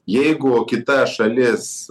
jeigu kita šalis